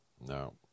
No